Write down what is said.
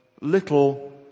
little